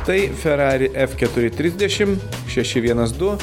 tai ferrari f keturi trisdešim šeši vienas du